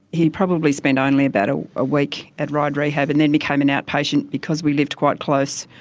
he probably spent only about ah a week at ryde rehab and then became an outpatient because we lived quite close.